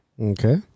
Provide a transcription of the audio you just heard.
Okay